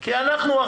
כי אנחנו,